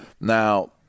Now